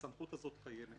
שהסמכות הזו קיימת היום.